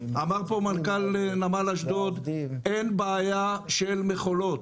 אמר פה מנכ"ל נמל אשדוד, אין בעיה של מכולות.